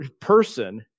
person